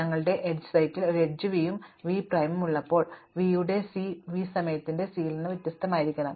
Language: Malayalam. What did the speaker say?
ഞങ്ങളുടെ എഡ്ജ് സെറ്റിൽ ഒരു എഡ്ജ് v v പ്രൈം ഉള്ളപ്പോൾ v യുടെ സി വി സമയത്തിന്റെ സിയിൽ നിന്ന് വ്യത്യസ്തമായിരിക്കണം